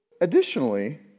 Additionally